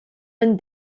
than